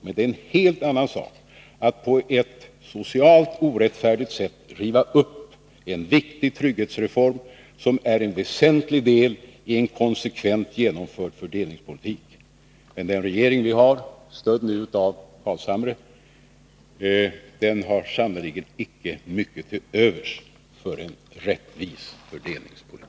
En helt annan sak är att på ett socialt orättfärdigt sätt riva upp en trygghetsreform, som är en väsentlig del i en konsekvent genomförd fördelningspolitik. Den regering vi har nu har sannerligen inte mycket till övers för en rättvis fördelningspolitik.